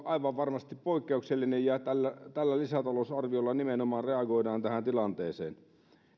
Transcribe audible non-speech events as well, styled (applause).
(unintelligible) aivan varmasti poikkeuksellinen ja tällä tällä lisätalousarviolla nimenomaan reagoidaan tähän tilanteeseen